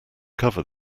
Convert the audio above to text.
cover